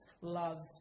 loves